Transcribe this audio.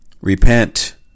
repent